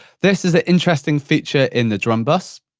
this is an interesting feature in the drum buss.